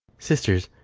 sisters,